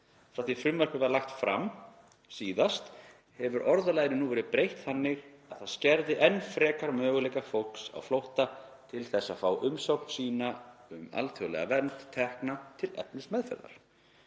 frá því frumvarpið var lagt fram síðast hefur orðalaginu nú verið breytt þannig að það skerði enn frekar möguleika fólks á flótta til þess að fá umsókn sína um alþjóðlega vernd tekna til efnismeðferðar.